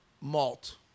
Malt